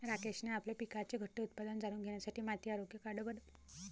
राकेशने आपल्या पिकाचे घटते उत्पादन जाणून घेण्यासाठी माती आरोग्य कार्ड बनवले